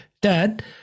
dad